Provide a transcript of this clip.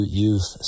youth